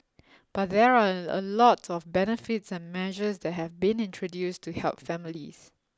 but there are a a lot of benefits and measures that have been introduced to help families